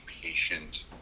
patient